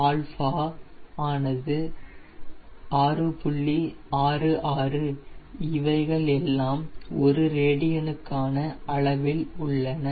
66 இவைகள் எல்லாம் ஒரு ரேடியனுக்கான அளவில் உள்ளன